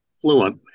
fluent